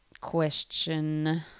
Question